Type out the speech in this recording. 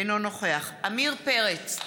אינו נוכח עמיר פרץ,